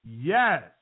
Yes